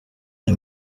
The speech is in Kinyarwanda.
aya